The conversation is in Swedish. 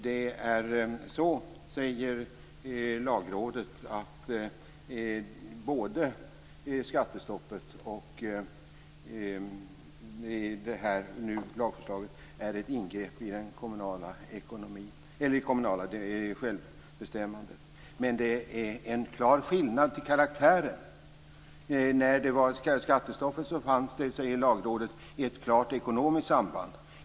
Lagrådet säger att både skattestoppet och det här lagförslaget är ett ingrepp i det kommunala självbestämmandet. Men det är en klar skillnad i karaktär. När det var skattestopp fanns det, säger Lagrådet, ett klart ekonomiskt samband.